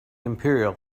imperial